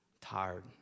tired